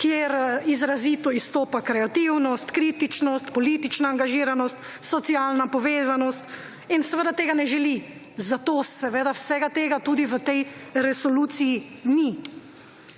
kjer izrazito izstopa kreativnost, kritičnost, politična angažiranost, socialna povezanost in seveda tega ne želi, zato seveda vsega tega tudi v tej resoluciji ni.